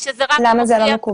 למה זה לא מקובל?